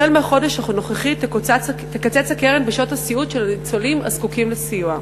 החל מהחודש הנוכחי תקצץ הקרן בשעות הסיעוד של ניצולים הזקוקים לסיוע.